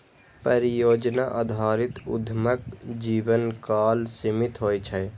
परियोजना आधारित उद्यमक जीवनकाल सीमित होइ छै